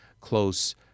close